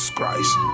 Christ